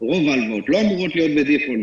רוב ההלוואות לא אמורות להיות ב- default.